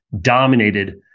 dominated